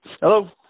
Hello